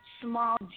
small